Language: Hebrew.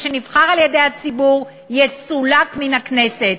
שנבחר על-ידי הציבור יסולק מן הכנסת.